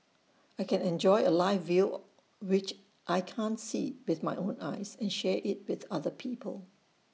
I can enjoy A live view which I can't see with my own eyes and share IT with other people